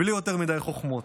בלי יותר מדי חוכמות.